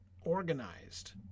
organized